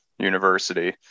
university